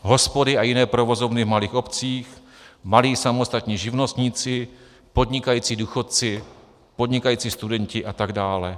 Hospody a jiné provozovny v malých obcích, malí samostatní živnostníci, podnikající důchodci, podnikající studenti atd.